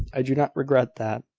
i do not regret that,